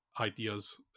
ideas